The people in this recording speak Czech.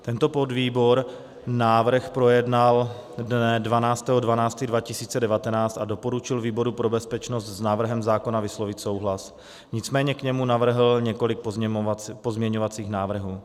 Tento podvýbor návrh projednal dne 12. 12. 2019 a doporučil výboru pro bezpečnost s návrhem zákona vyslovit souhlas, nicméně k němu navrhl několik pozměňovacích návrhů.